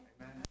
Amen